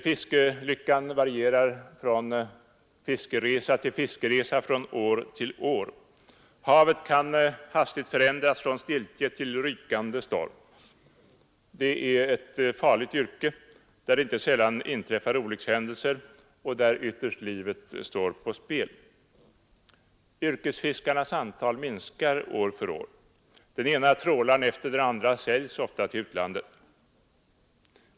Fiskelyckan varierar från fiskeresa till fiskeresa — från år till år. Havet kan hastigt förändras från stiltje till rykande storm. Yrket är farligt; det inträffar inte sällan olyckshändelser, där ytterst livet står på spel. Yrkesfiskarnas antal minskar år för år. Den ena trålaren efter den andra säljs, ofta till utlandet.